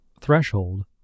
threshold